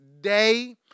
Day